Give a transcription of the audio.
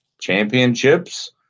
championships